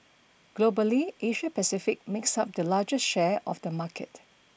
Globally Asia Pacific makes up the largest share of the market